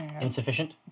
Insufficient